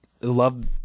love